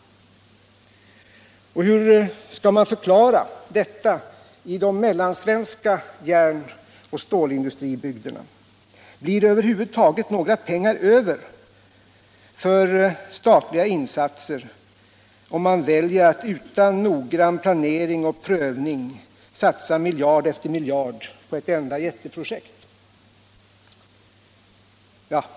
Och hur skall man förklara detta i de mellansvenska järn och stålindustribygderna? Blir det över huvud taget några pengar över för statliga insatser om man väljer att utan noggrann planering och prövning satsa miljard efter miljard på ett enda jätteprojekt?